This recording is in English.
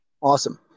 Awesome